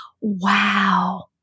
wow